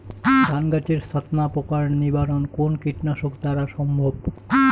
ধান গাছের ছাতনা পোকার নিবারণ কোন কীটনাশক দ্বারা সম্ভব?